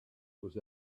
was